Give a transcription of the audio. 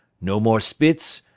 no more spitz,